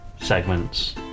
segments